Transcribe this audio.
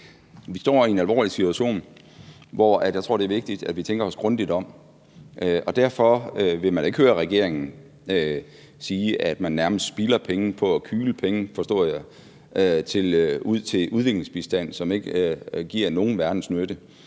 vi står i en alvorlig situation, hvor jeg tror, det er vigtigt, at vi tænker os grundigt om, og derfor vil man ikke høre regeringen sige, at vi nærmest spilder penge på at kyle penge, forstår jeg, ud til udviklingsbistand, som ikke er til nogen verdens nytte.